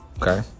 Okay